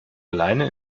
alleine